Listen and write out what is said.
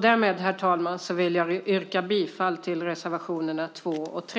Därmed, herr talman, vill jag yrka bifall till reservationerna 2 och 3.